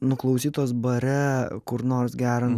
nuklausytos bare kur nors geriant bokalą alaus